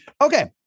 Okay